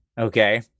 okay